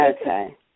Okay